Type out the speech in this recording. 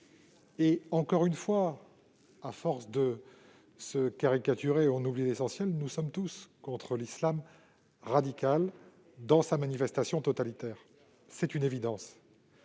Encore une fois, à force de caricaturer, on oublie l'essentiel : nous sommes tous contre l'islam radical dans sa manifestation totalitaire- c'est une évidence.